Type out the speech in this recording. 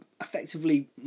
effectively